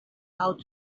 how